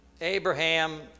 Abraham